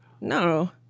No